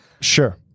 Sure